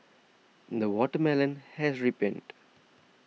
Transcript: the watermelon has ripened